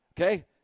okay